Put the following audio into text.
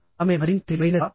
ఆమె మరింత తెలివైనదా